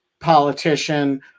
politician